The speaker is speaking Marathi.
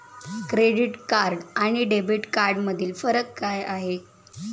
क्रेडिट कार्ड आणि डेबिट कार्डमधील फरक काय आहे?